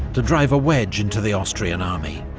to drive a wedge into the austrian army,